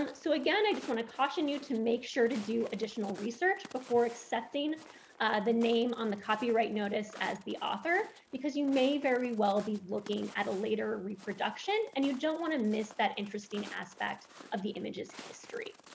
um so again, i want to caution you to make sure to do additional research before accepting the name on the copyright notice as the author, because you may very well be looking at a later reproduction, and you don't want to miss that interesting aspect of the image's history.